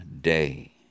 day